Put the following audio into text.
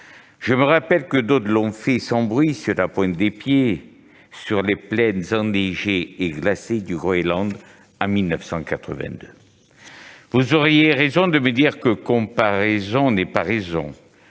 je me rappelle que d'autres l'ont fait sans bruit, sur la pointe des pieds, sur les plaines enneigées et glacées du Groenland, en 1982. Vous auriez raison de me dire que comparaison n'est pas raison.